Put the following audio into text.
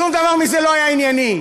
שום דבר מזה לא היה ענייני,